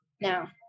Now